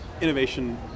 innovation